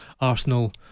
Arsenal